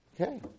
okay